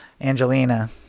Angelina